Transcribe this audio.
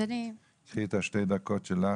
קחי את שתי הדקות שלך.